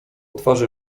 twarzy